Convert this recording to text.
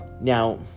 Now